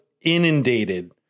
inundated